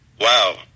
wow